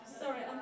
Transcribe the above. sorry